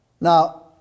Now